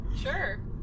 Sure